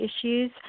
issues